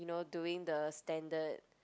you know doing the standard